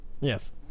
Yes